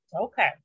Okay